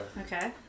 Okay